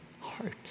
heart